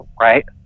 right